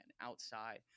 outside